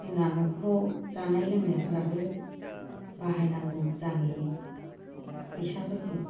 जोंना न'खराव जानाय लोंनायफोराबो बाहायनांगौ जाहैयो फैसाफोरखौ